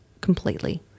completely